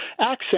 accent